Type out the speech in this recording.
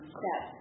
step